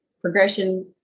progression